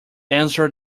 answer